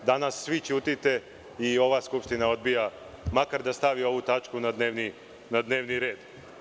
Danas svi ćutite i ova skupština odbija makar da stavi ovu tačku na dnevni red.